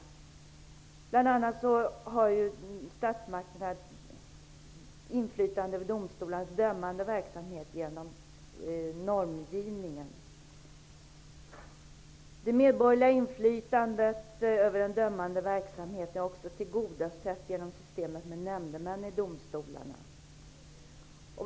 Bl.a. har statsmakterna genom normgivningen inflytande över domstolarnas dömande verksamhet. Det medborgerliga inflytandet över den dömande verksamheten är också tillgodosett genom systemet med nämndemän i domstolarna.